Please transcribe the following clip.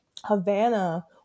Havana